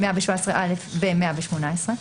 117א ו-118.